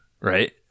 Right